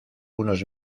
unos